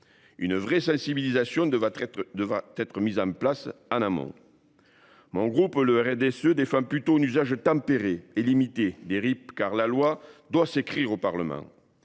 Une véritable sensibilisation devra être mise en œuvre en amont. Mon groupe, le RDSE, défend plutôt un usage tempéré et limité des RIP, car la loi doit s’écrire au Parlement.